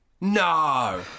no